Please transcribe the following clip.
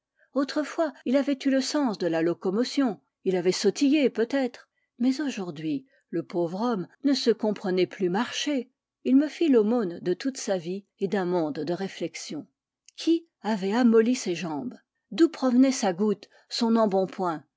autrefois il avait eu le sens de la locomotion il avait sautillé peut-être mais aujourd'hui le pauvre homme ne se comprenait plus marcher il me fit l'aumône de toute sa vie et d'un monde de réflexions qui avait amolli ses jambes d'où provenaient sa goutte son embonpoint